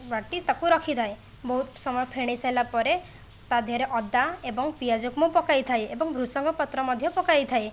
ବାଟି ତାକୁ ରଖିଥାଏ ବହୁତ ସମୟ ଫେଣାଇସାରିଲା ପରେ ତା' ଦେହରେ ଅଦା ଏବଂ ପିଆଜକୁ ମୁଁ ପକାଇଥାଏ ଏବଂ ଭୁର୍ସୁଙ୍ଗ ପତ୍ର ମଧ୍ୟ ପକାଇଥାଏ